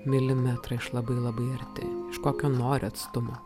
milimetrą iš labai labai arti iš kokio nori atstumo